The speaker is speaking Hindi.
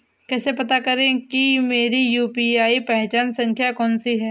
कैसे पता करें कि मेरी यू.पी.आई पहचान संख्या कौनसी है?